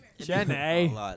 Jenny